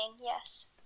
yes